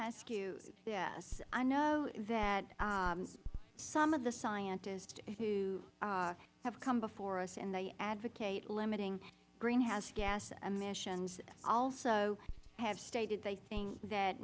ask you this i know that some of the scientists who have come before us and they advocate limiting greenhouse gas emissions also have stated they think that